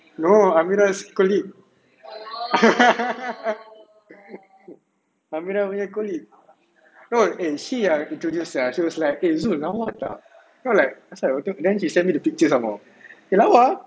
no amirah colleague amirah punya colleague no eh she yang introduce sia she was like eh zul lawa tak then I was like asal then she send me the picture some more eh lawa ah